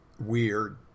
weird